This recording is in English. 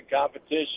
competition